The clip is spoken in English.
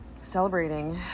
Celebrating